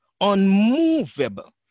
unmovable